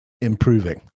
improving